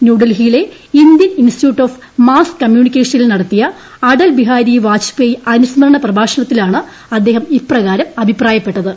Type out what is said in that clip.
ന്യൂഡൽഹിയിലെ Indian institute of mass കമ്മ്യൂണിക്കേഷനിൽ നടത്തിയ അടൽ ബിഹാരി വാജ്പേയി അനുസ്മരണ പ്രഭാഷണത്തിലാണ് അദ്ദേഹം ഇപ്രകാരം അഭിപ്രായപ്പെട്ടത്